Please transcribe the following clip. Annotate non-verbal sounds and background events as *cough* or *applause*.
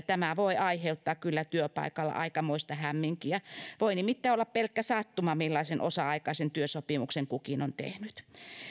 *unintelligible* tämä voi aiheuttaa kyllä työpaikalla aikamoista hämminkiä voi nimittäin olla pelkkä sattuma millaisen osa aikaisen työsopimuksen kukin on tehnyt